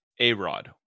A-Rod